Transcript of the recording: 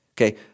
okay